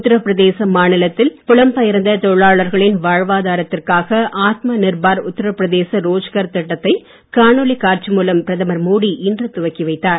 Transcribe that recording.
உத்திரப்பிரதேச மாநிலத்தில் புலம் பெயர்ந்த தொழிலாளர்களின் வாழ்வாதாரத்திற்காக ஆத்ம நிர்பர் உத்திரப்பிரதேச ரோஜ்கார் திட்டத்தை காணொளி காட்சி மூலம் பிரதமர் மோடி இன்று துவக்கி வைத்தார்